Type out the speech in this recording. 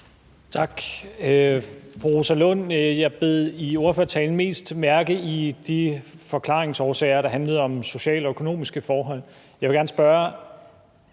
Tak. Fru Rosa Lund, jeg bed i ordførertalen mest mærke i de forklaringsårsager, der handlede om sociale og økonomiske forhold. Jeg vil gerne spørge,